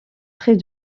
très